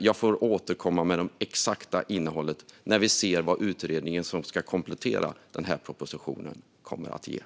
Jag får återkomma med det exakta innehållet när vi ser vad utredningen som ska komplettera den här propositionen ger.